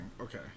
Okay